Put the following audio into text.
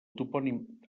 topònim